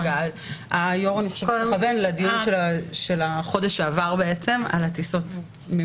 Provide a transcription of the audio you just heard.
אני חושבת שהיושב ראש מכוון לדיון שהיה בחודש שעבר לגבי הטיסות.